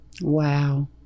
wow